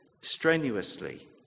strenuously